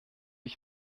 ich